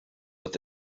with